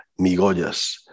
Migoyas